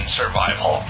survival